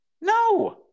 No